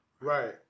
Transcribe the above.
Right